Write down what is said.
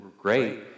great